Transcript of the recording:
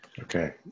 Okay